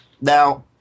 now